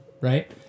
right